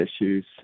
issues